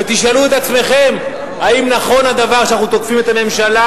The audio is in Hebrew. ותשאלו את עצמכם: האם נכון הדבר שאנחנו תוקפים את הממשלה,